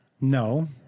No